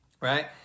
right